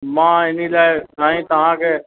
मां इन लाइ साईं तव्हांखे